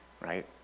right